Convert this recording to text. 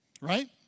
Right